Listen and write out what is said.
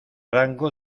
rango